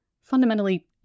fundamentally